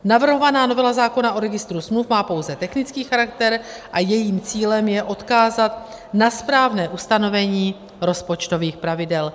Navrhovaná novela zákona o registru smluv má pouze technický charakter a jejím cílem je odkázat na správné ustanovení rozpočtových pravidel.